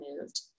moved